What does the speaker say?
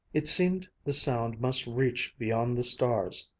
it seemed the sound must reach beyond the stars.